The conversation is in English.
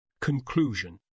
Conclusion